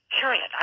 period